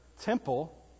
temple